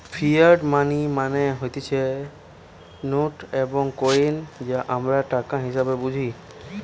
fiat money মানে হতিছে note এবং কইন যা আমরা টাকা হিসেবে বুঝি